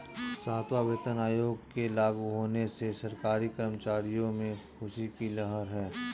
सातवां वेतन आयोग के लागू होने से सरकारी कर्मचारियों में ख़ुशी की लहर है